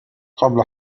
قبل